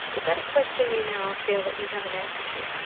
is that a question you now feel that you have an answer to?